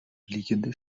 liegende